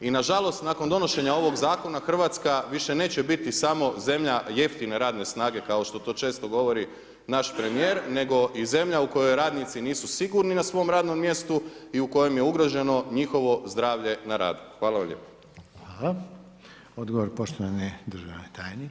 I nažalost nakon donošenja ovog zakona, Hrvatska više neće biti samo zemlja jeftine radne snage kao što to često govori naš premijer nego i zemlja u kojoj radnici nisu sigurni na svom radnom mjestu i u kojem je ugroženo njihovo zdravlje na radu.